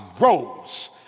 rose